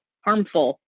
harmful